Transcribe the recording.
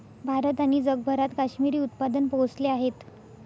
भारत आणि जगभरात काश्मिरी उत्पादन पोहोचले आहेत